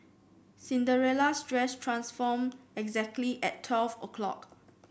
Cinderella's dress transformed exactly at twelve o'clock